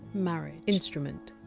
marriage. instrument.